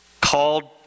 called